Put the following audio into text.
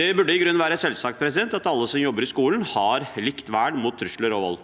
Det burde i grunnen være selvsagt at alle som jobber i skolen, har likt vern mot trusler og vold.